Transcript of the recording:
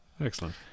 excellent